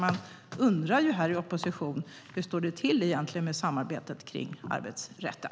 Man undrar ju här i opposition hur det egentligen står till med samarbetet om arbetsrätten.